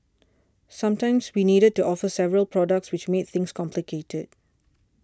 sometimes we needed to offer several products which made things complicated